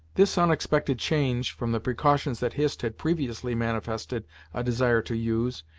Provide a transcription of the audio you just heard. this unexpected change from the precautions that hist had previously manifested a desire to use,